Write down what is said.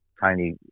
tiny